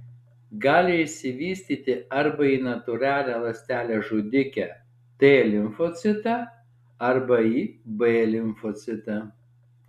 gali išsivystyti arba į natūralią ląstelę žudikę t limfocitą arba į b limfocitą